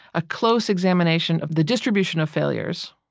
a close examination of the distribution of failures,